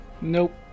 Nope